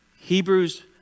Hebrews